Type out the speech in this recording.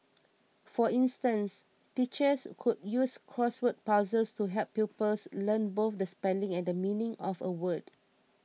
for instance teachers could use crossword puzzles to help pupils learn both the spelling and the meaning of a word